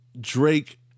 Drake